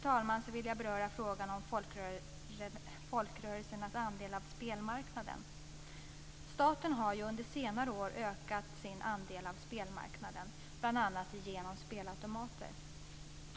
Till sist vill jag beröra frågan om folkrörelsernas andel av spelmarknaden. Staten har under senare år ökat sin andel av spelmarknaden bl.a. genom spelautomater.